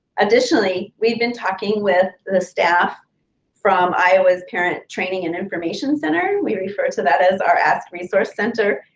additionally, we've been talking with the staff from iowa's parent training and information center, we refer to that as our ask resource center,